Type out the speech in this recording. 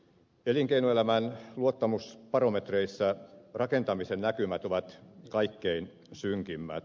elinkeinoelämän luottamusbarometreissa rakentamisen näkymät ovat kaikkein synkimmät